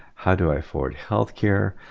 how do i afford healthcare?